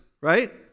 right